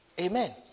Amen